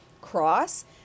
cross